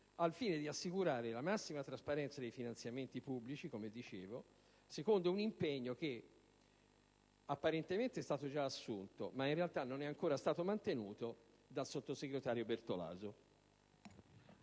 al fine di assicurare la massima trasparenza dei finanziamenti pubblici - come dicevo - secondo un impegno che apparentemente è stato già assunto, ma che in realtà non è ancora stato mantenuto dal sottosegretario Bertolaso.